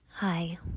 hi